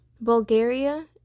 Bulgaria